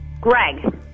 Greg